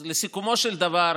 אז בסיכומו של דבר,